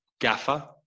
gaffer